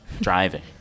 Driving